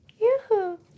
Yoo-hoo